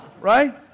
right